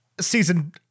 season